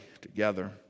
together